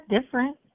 different